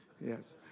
Yes